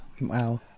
Wow